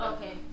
Okay